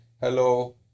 hello